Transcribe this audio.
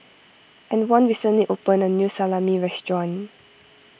Antwon recently opened a new Salami restaurant